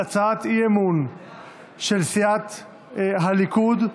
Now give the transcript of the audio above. על הצעת האי-אמון של סיעת הליכוד.